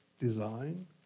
design